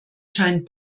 scheint